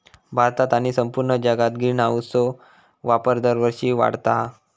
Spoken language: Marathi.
भारतात आणि संपूर्ण जगात ग्रीनहाऊसचो वापर दरवर्षी वाढता हा